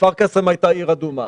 כפר קאסם הייתה עיר אדומה.